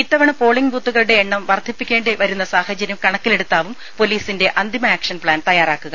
ഇത്തവണ പോളിംഗ് ബൂത്തുകളുടെ എണ്ണം വർധിപ്പിക്കേണ്ടി വരുന്ന സാഹചര്യം കണക്കിലെടുത്താവും പോലീസിന്റെ അന്തിമ ആക്ഷൻ പ്ലാൻ തയ്യാറാക്കുക